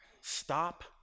stop